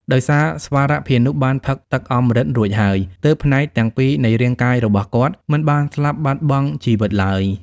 ដោយសារស្វរភានុបានផឹកទឹកអម្រឹតរួចហើយ ទើបផ្នែកទាំងពីរនៃរាងកាយរបស់គាត់មិនបានស្លាប់បាត់បង់ជីវិតឡើយ។